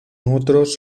otros